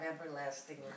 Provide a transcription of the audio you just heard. everlasting